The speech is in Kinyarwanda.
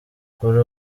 kuri